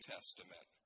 Testament